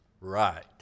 Right